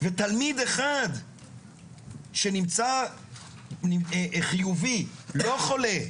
ותלמיד אחד שנמצא חיובי - לא חולה,